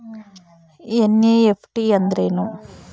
NEFT ಅಂದ್ರೆನು?